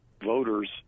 voters